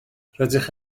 rydych